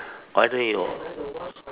why don't you